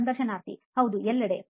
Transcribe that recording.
ಸಂದರ್ಶನಾರ್ಥಿ ಹೌದು ಎಲ್ಲೆಡೆ